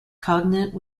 cognate